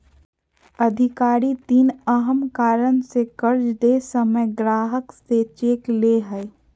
अधिकारी तीन अहम कारण से कर्ज दे समय ग्राहक से चेक ले हइ